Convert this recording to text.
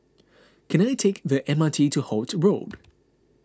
can I take the M R T to Holt Road